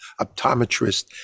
optometrist